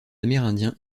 amérindiens